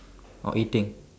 or eating